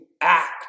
act